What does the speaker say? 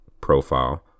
profile